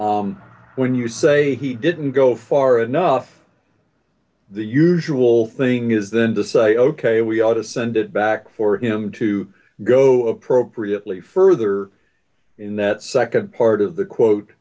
say when you say he didn't go far enough the usual thing is then to say ok we oughta send it back for him to go appropriately further in that nd part of the quote